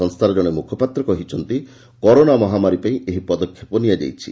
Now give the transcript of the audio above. ସଂସ୍ଥାର ଜଣେ ମୁଖପାତ୍ର କହିଛନ୍ତି କରୋନା ମହାମାରୀ ପାଇଁ ଏହି ପଦକ୍ଷେପ ନିଆଯାଇଛି